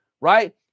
right